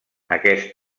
aquest